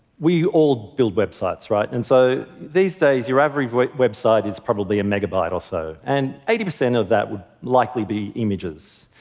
we all build websites, right? and so these days, your average website is probably a megabyte or so, and eighty percent of that would likely be images.